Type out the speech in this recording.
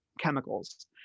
chemicals